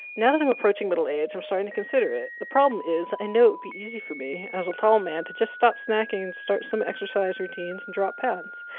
now that i'm approaching middle age, i'm starting to consider it. the problem is i know it be easy for me as a tall man to just stop snacking and start some exercise routines and drop pounds.